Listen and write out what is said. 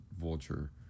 vulture